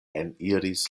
eniris